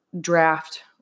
draft